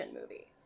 movie